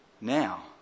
Now